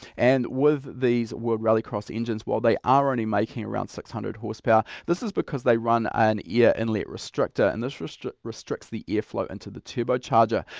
and with these world rallycross engines while they are only making around six hundred horsepower, this is because they run an air yeah inlet restrictor and this restricts restricts the airflow into the turbocharger.